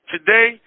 Today